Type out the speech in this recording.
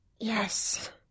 Yes